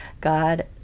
god